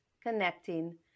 connecting